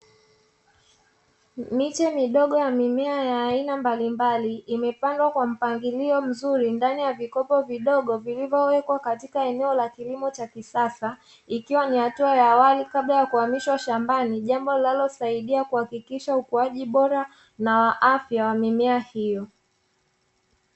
Miche midogo ya mimea ya aina mbalimbali imepandwa kwa mpangilio mzuri ndani ya vikopo vidogo vilivyowekwa katika eneo la kilimo cha kisasa, ikiwa ni hatua ya awali kabla ya kuhamishwa shambani jambo linalosaidia kuhakikisha ukuaji bora na afya ya mimea hiyo.